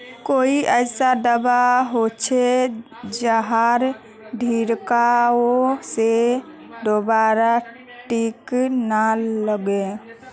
कोई ऐसा दवा होचे जहार छीरकाओ से दोबारा किट ना लगे?